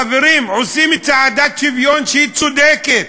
חברים, עושים צעדת שוויון, שהיא צודקת,